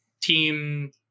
team